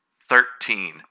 thirteen